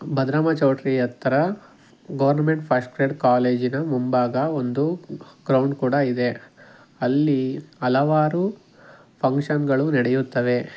ಭದ್ರಮ್ಮ ಚೌಟ್ರಿ ಹತ್ರ government first grade ಕಾಲೇಜಿನ ಮುಂಭಾಗ ಒಂದು ಗ್ರೌಂಡ್ ಕೂಡ ಇದೆ ಅಲ್ಲಿ ಹಲವಾರು ಫಂಕ್ಷನ್ಗಳು ನಡೆಯುತ್ತವೆ